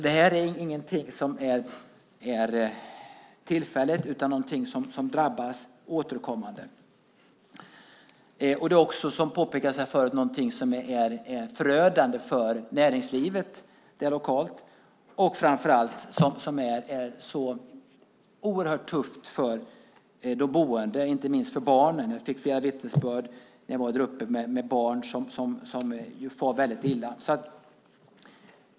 Det här är alltså ingenting som är tillfälligt, utan de boende drabbas återkommande. Som har påpekats här tidigare är detta också förödande för det lokala näringslivet. Men framför allt är det oerhört tufft för de boende, inte minst för barnen. När jag var där uppe fick jag flera vittnesbörd om barn som far illa.